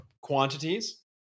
quantities